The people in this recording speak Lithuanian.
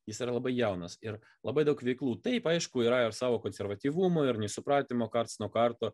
jis yra labai jaunas ir labai daug veiklų taip aišku yra ir savo konservatyvumo ir nesupratimo karts nuo karto